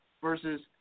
versus